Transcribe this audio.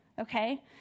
Okay